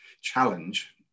challenge